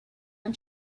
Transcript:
and